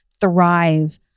thrive